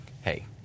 Hey